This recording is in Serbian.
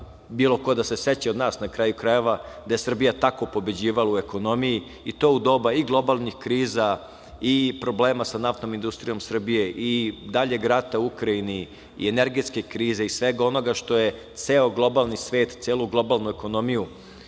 bilo ko da se seća od nas na kraju krajeva, da je Srbija tako pobeđivala u ekonomiji i to u doba i globalnih kriza i problema sa NIS-om i daljeg rata u Ukrajini i energetske krize i svega onoga što je ceo globalni svet, što je uticalo na celu globalnu ekonomiju